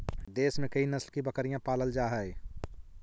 देश में कई नस्ल की बकरियाँ पालल जा हई